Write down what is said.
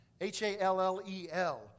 H-A-L-L-E-L